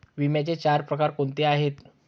विम्याचे चार प्रकार कोणते आहेत?